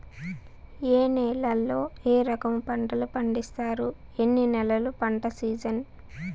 ఏ నేలల్లో ఏ రకము పంటలు పండిస్తారు, ఎన్ని నెలలు పంట సిజన్?